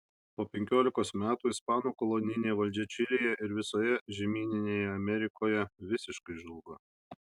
po penkiolikos metų ispanų kolonijinė valdžia čilėje ir visoje žemyninėje amerikoje visiškai žlugo